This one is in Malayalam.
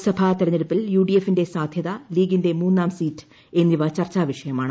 ലോക്സസഭാ തെരഞ്ഞെടുപ്പിൽ യു ഡ്ടി എഫി ന്റ സാധ്യത ലീഗിന്റെ മൂന്നാം സീറ്റ് എന്നിവ ചർച്ച് വിഷ്യമാണ്